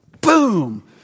boom